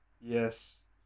Yes